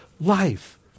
life